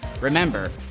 Remember